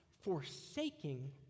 Forsaking